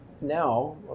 now